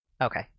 Okay